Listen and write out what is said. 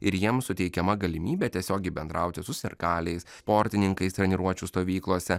ir jiems suteikiama galimybė tiesiogiai bendrauti su sirgaliais sportininkais treniruočių stovyklose